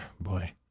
boy